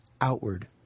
outward